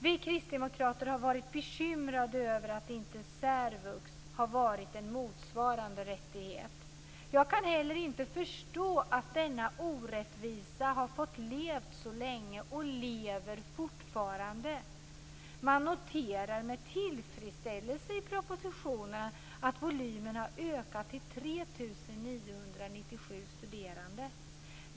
Vi kristdemokrater har varit bekymrade över att inte särvux har varit en motsvarande rättighet. Jag kan inte heller förstå att denna orättvisa har fått leva så länge och lever fortfarande. Man noterar med tillfredsställelse i propositionen att volymen har ökat till 3 997 studerande.